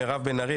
מירב בן ארי,